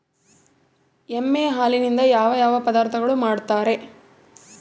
ಎಮ್ಮೆ ಹಾಲಿನಿಂದ ಯಾವ ಯಾವ ಪದಾರ್ಥಗಳು ಮಾಡ್ತಾರೆ?